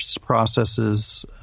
processes